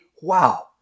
wow